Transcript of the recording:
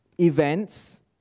events